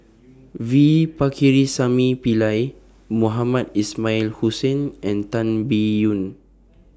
V Pakirisamy Pillai Mohamed Ismail Hussain and Tan Biyun